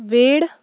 वेड